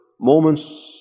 moments